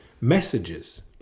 messages